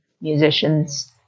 musicians